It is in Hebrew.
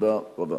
תודה רבה.